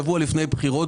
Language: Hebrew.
בחירות,